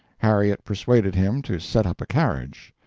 harriet persuaded him to set up a carriage.